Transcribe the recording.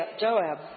Joab